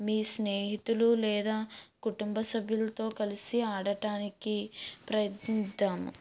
మీ స్నేహితులు లేదా కుటుంబసభ్యులతో కలిసి ఆడటానికి ప్రయత్నిద్దాం